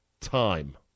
time